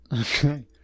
Okay